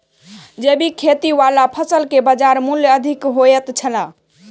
जैविक खेती वाला फसल के बाजार मूल्य अधिक होयत छला